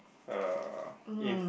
uh in